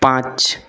পাঁচ